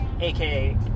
aka